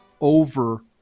over